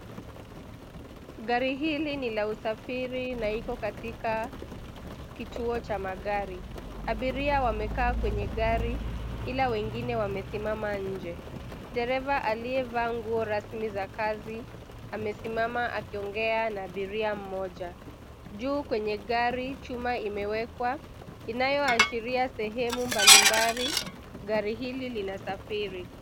Gari hili ni la usafiri na iko katika kituo cha magari. Abiria wamekaa kwenye gari ila wengine wamesimama nje. Dereva aliyevaa nguo rasmi za kazi, amesimama akiongea na abiria mmoja. Juu kwenye gari chuma imewekwa inayoashiria sehemu mbalimbali gari hili linasafiri.